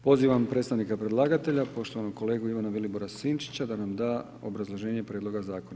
Pozivam predstavnika predlagatelja poštovanog kolegu Ivana Vilibora Sinčića da nam da obrazloženje prijedloga zakona.